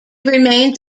remains